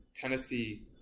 Tennessee